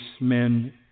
men